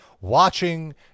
watching